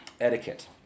etiquette